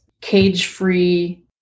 cage-free